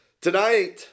tonight